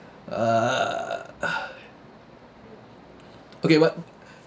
err okay what